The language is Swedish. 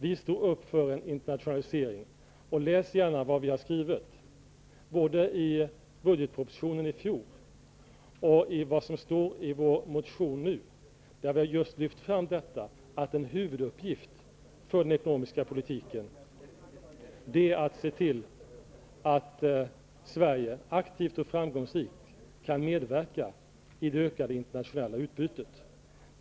Vi står upp för en internationalisering. Läs gärna vad vi har skrivit både i budgetpropositionen i fjol och i vår motion nu. Där har vi just lyft fram detta att en huvuduppgift för den ekonomiska politiken är att se till att Sverige aktivt och framgångsrikt kan medverka i det ökade internationella utbytet.